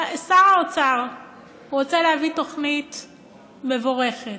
שר האוצר רוצה להביא תוכנית מבורכת.